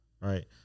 Right